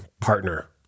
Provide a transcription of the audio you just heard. partner